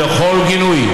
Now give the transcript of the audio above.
החברות פה,